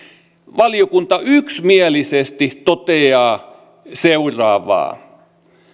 valiokunta yksimielisesti toteaa seuraavaa